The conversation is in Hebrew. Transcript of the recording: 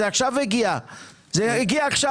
זה הגיע עכשיו.